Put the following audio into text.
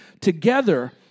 together